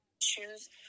choose